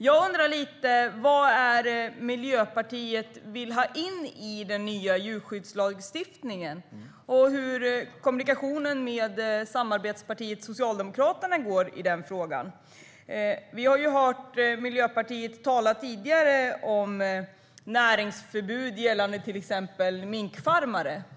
Jag undrar vad Miljöpartiet vill ha in i den nya djurskyddslagstiftningen och hur kommunikationen med samarbetspartiet Socialdemokraterna är i den frågan. Vi har hört representanter för Miljöpartiet tala tidigare om näringsförbud gällande till exempel minkfarmare.